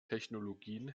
technologien